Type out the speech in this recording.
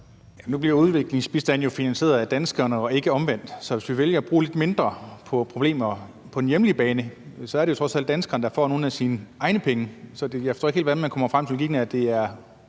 Nu bliver udviklingsbistanden jo finansieret af danskerne og ikke omvendt. Så hvis vi vælger at bruge lidt mindre på det og lidt mere på problemer på den hjemlige bane, er det trods alt danskerne, der får nogle af deres egne penge. Så jeg forstår ikke helt, hvordan man kommer frem til den